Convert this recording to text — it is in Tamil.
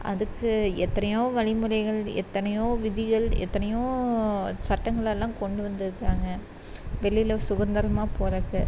அதுக்கு எத்தனையோ வழிமுறைகள் எத்தனையோ விதிகள் எத்தனையோ சட்டங்கள் எல்லாம் கொண்டு வந்துருக்காங்கள் வெளியில் சுதந்திரமாக போகிறக்கு